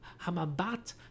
hamabat